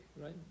right